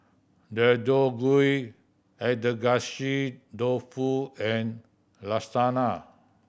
Deodeok Gui Agedashi Dofu and Lasagna